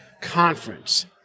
Conference